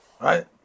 right